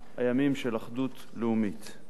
הימים של אחדות לאומית.